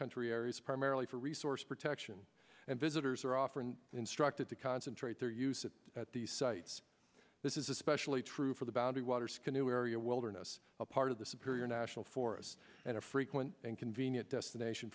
country areas primarily for resource protection and visitors are often instructed to concentrate their use of at these sites this is especially true for the boundary waters canoe area wilderness a part of the superior national forest and a frequent and convenient destination